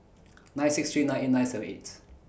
nine six three nine eight nine seven eight